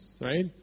right